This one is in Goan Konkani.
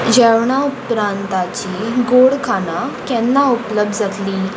जेवणा उपरांताची गोड खानां केन्ना उपलब्ध जातलीं